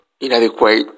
inadequate